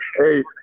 Hey